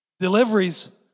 Deliveries